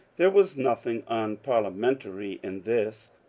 there was nothing unparliamentary in this,